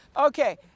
Okay